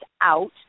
out